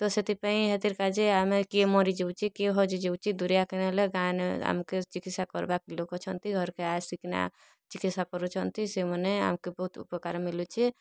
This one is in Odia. ତ ସେଥିପାଇଁ ହେତିର କାଜେ ଆମେ କିଏ ମରି ଯାଉଛେ କିଏ ହଜି ଯାଉଛେ ଦୁରିଆ କାଣା ହେଲେ ଗାଁ ନେ ଆମ୍କେ ଚିକିତ୍ସା କରବା ଲୋକଛନ୍ତି ଘର୍କେ ଆର ଆସିକିନା ଚିକିତ୍ସା କରୁଛନ୍ତି ସେମାନେ ଆମ୍କେ ବହୁତ ଉପକାର ମିଲୁଛେ